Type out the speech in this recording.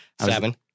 Seven